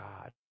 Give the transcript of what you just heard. God